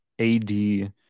AD